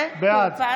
פז,